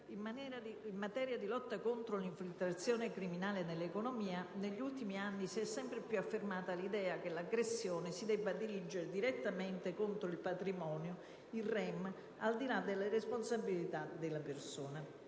In materia di lotta contro l'infiltrazione criminale nell'economia, negli ultimi anni si è sempre più affermata l'idea che l'aggressione debba dirigersi direttamente contro il patrimonio, in *rem*, al di là delle responsabilità della persona.